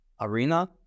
arena